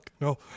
no